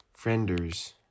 Frienders